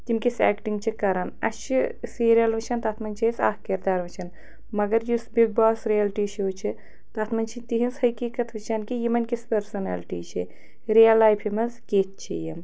تِم کِس اٮ۪کٹِنٛگ چھِ کَران اَسہِ چھِ سیٖریَل وٕچھان تَتھ منٛز چھِ أسۍ اَکھ کِردار وٕچھان مگر یُس بِگ باس رِیَلٹی شو چھِ تَتھ منٛز چھِ تِہِنٛز حقیٖقت وٕچھان کہِ یِمَن کِس پٔرسٕنیلٹی چھِ رِیَل لایفہِ منٛز کِتھ چھِ یِم